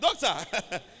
Doctor